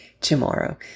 tomorrow